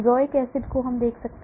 इस benzoic acid को देखें